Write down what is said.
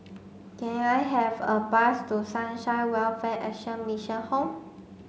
can I have a bus to Sunshine Welfare Action Mission Home